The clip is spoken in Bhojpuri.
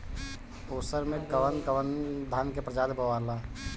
उसर मै कवन कवनि धान के प्रजाति बोआला?